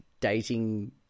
dating